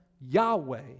Yahweh